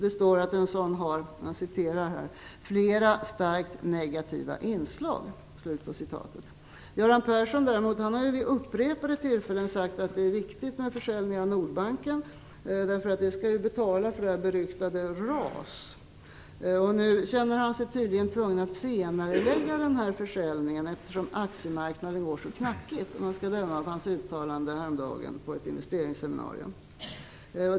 Det står att en sådan har "flera starkt negativa inslag". Göran Persson däremot har vid upprepade tillfällen sagt att det är viktigt med försäljning av Nordbanken. Det skall ju betala för det beryktade RAS. Nu känner han sig tydligen tvungen att senarelägga försäljningen eftersom aktiemarknaden går så knackigt, om man skall döma av hans uttalande häromdagen på ett investeringsseminarium.